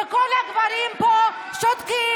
וכל הגברים פה שותקים.